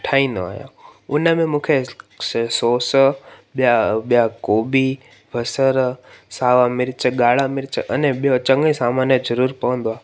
ठाहींदो आहियां उनमें मूंखे स सॉस ॿिया ॿिया गोभी बसर सावा मिर्च ॻाढ़ा मिर्च अने ॿियो चङे सामान जो ज़रूरु पवंदो आहे